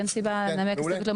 אין סיבה לנמק אותן.